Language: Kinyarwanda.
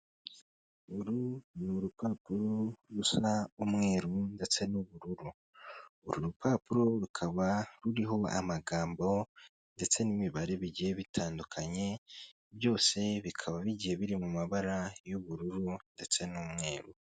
Uru ni urupapuro rusa umweru ndetse n'ubururu, uru rupapuro rukaba ruriho amagambo ndetse n'imibare bigiye bitandukanye, byose bikaba bigiye biri mu mabara y'ubururu ndetse n'umweru.